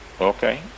Okay